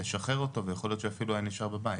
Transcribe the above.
לשחרר אותו ואפילו יכול להיות שהוא היה נישאר בבית.